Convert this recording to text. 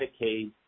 Medicaid